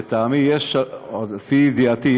לטעמי או לפי ידיעתי,